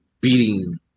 beating